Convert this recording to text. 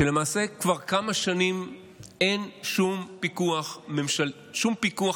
שלמעשה כבר כמה שנים אין שום פיקוח אמיתי